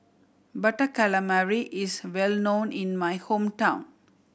Butter Calamari is well known in my hometown